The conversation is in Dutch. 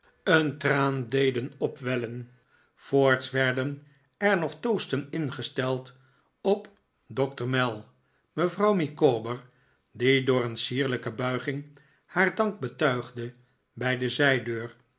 een traan deden opwellen voorts werden er nog toasten ingesteld op doctor mell mevrouw micawber die door een sierlijke buiging haar dank betuigde bij de zijdeur